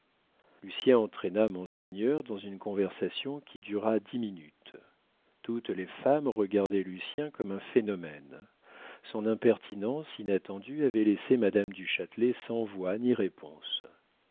lucien entraîna monseigneur dans une conversation qui dura dix minutes toutes les femmes regardaient lucien comme un phénomène son impertinence inattendue avait laissé madame du châtelet sans voix ni réponse